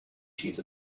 sheets